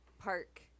park